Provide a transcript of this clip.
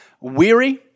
weary